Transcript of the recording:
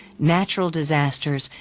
natural disasters,